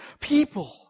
people